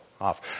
off